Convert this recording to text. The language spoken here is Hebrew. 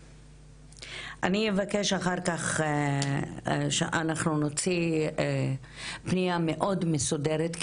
אני אבקש אחר כך שאנחנו נוציא פניה מאוד מסודרת,